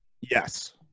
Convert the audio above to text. Yes